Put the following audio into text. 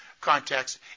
context